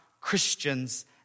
Christians